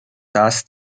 das